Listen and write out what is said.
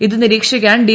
ഇതു നിരീക്ഷിക്കാൻ ഡി